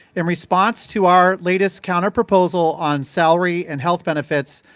in response to our latest counterproposal on salary and health benefits,